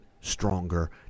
stronger